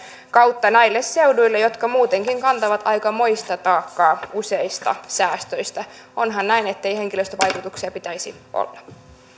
kautta näille seuduille jotka muutenkin kantavat aikamoista taakkaa useista säästöistä onhan näin ettei henkilöstövaikutuksia pitäisi olla